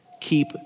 Keep